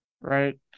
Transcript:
Right